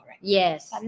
Yes